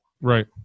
Right